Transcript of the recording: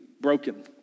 broken